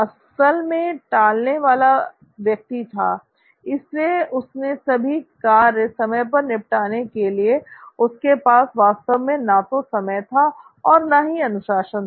असल में टालने वाला व्यक्ति था इसलिए अपने सभी कार्य समय पर निपटाने के लिए उसके पास वास्तव में ना तो समय था और ना ही अनुशासन था